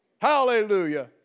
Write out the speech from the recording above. Hallelujah